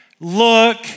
look